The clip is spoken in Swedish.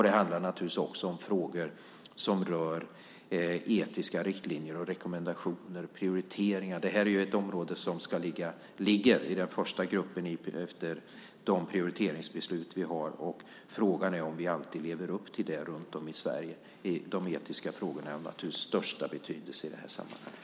Det handlar också om frågor som rör etiska riktlinjer, rekommendationer och prioriteringar. Detta är ett område som ligger i den första gruppen efter de prioriteringsbeslut som vi har. Frågan är om vi alltid lever upp till det runt om i Sverige. De etiska frågorna är naturligtvis av största betydelse i sammanhanget.